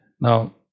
now